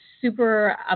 super